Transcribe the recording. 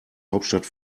hauptstadt